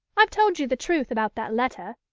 i've told you the truth about that letter,